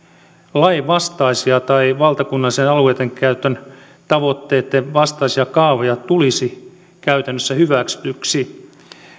lainvastaisia tai valtakunnallisten alueidenkäytön tavoitteitten vastaisia kaavoja tulisi käytännössä hyväksytyksi